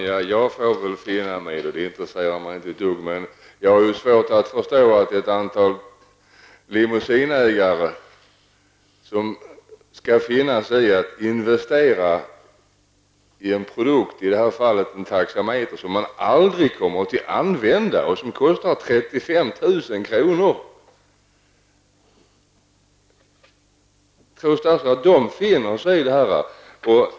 Herr talman! Ja, jag finner mig väl i det; det intresserar mig inte alls. Men jag har svårt att förstå att ett antal limousinägare skall finna sig i att investera i en produkt -- i det här fallet en taxameter -- som de aldrig kommer att använda och som kostar 35 000 kr. Påstå inte att de finner sig i detta.